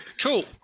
cool